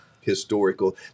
historical